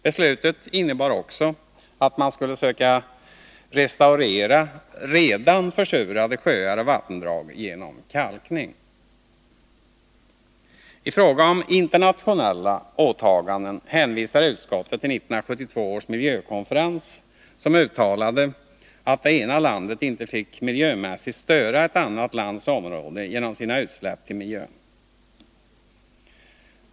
Beslutet innebar också att man skulle söka restaurera redan försurade sjöar och vattendrag genom kalkning. I fråga om internationella åtaganden hänvisar utskottet till 1972 års miljökonferens, som uttalade att det ena landet inte fick miljömässigt störa ett annat lands område genom sina utsläpp till miljön.